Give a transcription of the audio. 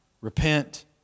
repent